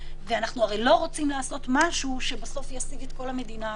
ואנחנו הרי לא רוצים לעשות משהו שבסוף יסיג את כל המדינה אחורה.